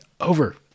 over